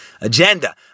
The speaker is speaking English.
agenda